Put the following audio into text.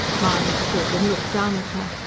mahony stood and looked down at her.